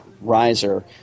riser